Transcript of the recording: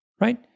right